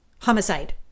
homicide